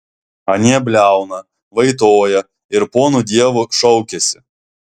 anie bliauna vaitoja ir pono dievo šaukiasi